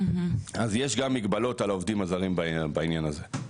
אז יש גם מגבלות על העובדים הזרים בעניין הזה.